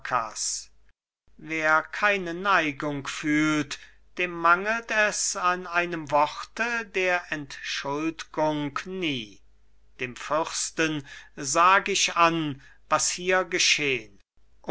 wer keine neigung fühlt dem mangelt es an einem worte der entschuld'gung nie dem fürsten sag ich an was hier geschehn